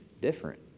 different